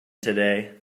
today